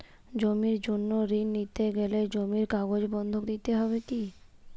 জমির জন্য ঋন নিতে গেলে জমির কাগজ বন্ধক দিতে হবে কি?